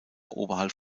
oberhalb